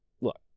look